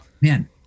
man